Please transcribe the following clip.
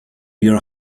your